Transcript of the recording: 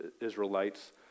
Israelites